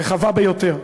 רחבה ביותר,